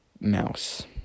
mouse